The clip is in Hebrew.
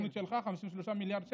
התוכנית שלך, 53 מיליארד שקל?